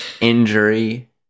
injury